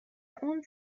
اون